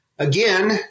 Again